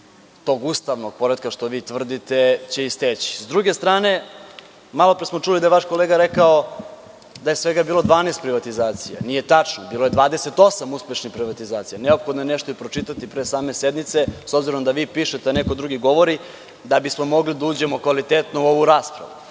tog ustavnog poretka, što vi tvrdite, će isteći.S druge strane, malo pre smo čuli da je vaš kolega rekao da je svega bilo 12 privatizacije. Nije tačno, bilo je 28 uspešnih privatizacija. Neophodno je nešto i pročitati pre same sednice, s obzirom da vi pišete, a neko drugi govori, da bismo mogli da uđemo kvalitetno u ovu raspravu.